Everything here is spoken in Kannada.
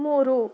ಮೂರು